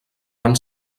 van